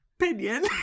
opinion